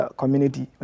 community